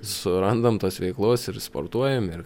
surandam tos veiklos ir sportuojam ir